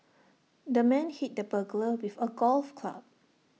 the man hit the burglar with A golf club